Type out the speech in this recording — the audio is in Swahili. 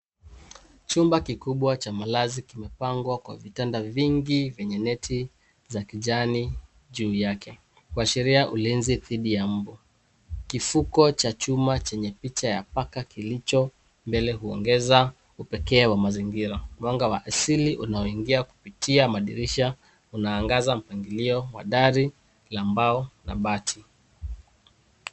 Chumba kikubwa cha malazi kimepangwa kwa vitanda vingi vyenye neti za kijani juu yake. Kuashiria ulinzi dhidi ya mbu. Kifuko cha chuma chenye picha ya paka kilicho mbele huongeza upekee wa mazingira. Mwanga wa asili unaoingia kupitia madirisha unaangaza mpangilio wa dari la mbao na bati.